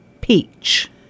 peach